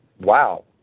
wow